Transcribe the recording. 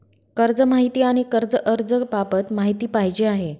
कर्ज माहिती आणि कर्ज अर्ज बाबत माहिती पाहिजे आहे